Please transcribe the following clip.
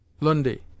Lundi